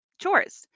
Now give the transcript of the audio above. chores